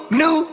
new